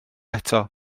eto